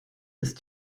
ist